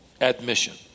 Admission